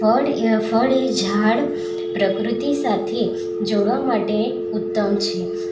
ફળ એ ફળ એ ઝાડ પ્રકૃતિ સાથે જોડવા માટે ઉત્તમ છે